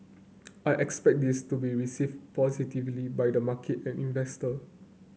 I expect this to be received positively by the market and investor